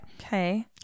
Okay